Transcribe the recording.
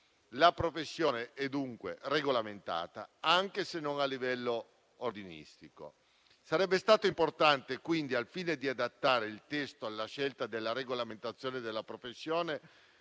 La professione è dunque regolamentata, anche se non a livello ordinistico. Sarebbe stato importante, quindi, al fine di adattare il testo alla scelta della regolamentazione della professione,